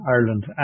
Ireland